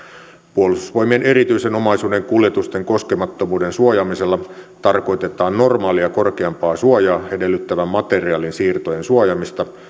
puolustusvoimien erityisen omaisuuden kuljetusten koskemattomuuden suojaamisella tarkoitetaan normaalia korkeampaa suojaa edellyttävän materiaalin siirtojen suojaamista